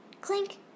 Clink